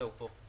זהו, פה.